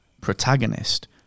protagonist